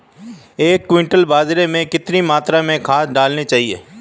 एक क्विंटल बाजरे में कितनी मात्रा में खाद डालनी चाहिए?